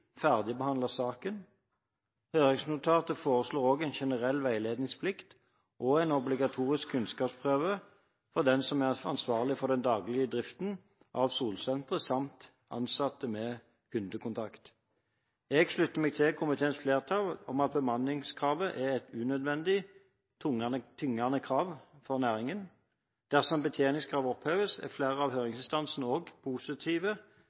saken. Høringsnotatet foreslår også en generell veiledningsplikt og en obligatorisk kunnskapsprøve for den som er ansvarlig for den daglige driften av solsenteret, samt ansatte med kundekontakt. Jeg slutter meg til komiteflertallets syn, at bemanningskravet er et unødvendig tyngende krav for næringen. Dersom betjeningskravet oppheves, er flere av høringsinstansene også positive